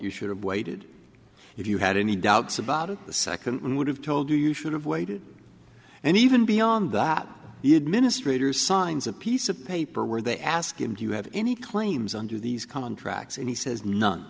you should have waited if you had any doubts about it the second one would have told you you should have waited and even beyond that the administrators signs a piece of paper where they ask him do you have any claims under these contracts and he says none